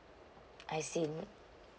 I see